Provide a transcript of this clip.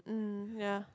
mm yeah